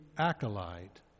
acolyte